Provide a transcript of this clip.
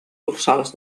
dorsals